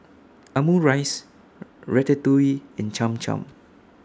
Omurice Ratatouille and Cham Cham